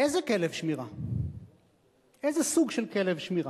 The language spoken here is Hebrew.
איזה סוג של כלב שמירה?